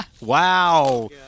Wow